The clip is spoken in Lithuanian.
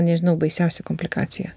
nežinau baisiausia komplikacija